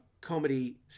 comedy